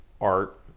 art